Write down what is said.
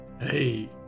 Hey